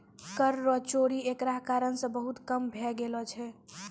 कर रो चोरी एकरा कारण से बहुत कम भै गेलो छै